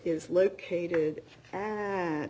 is located at